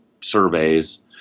surveys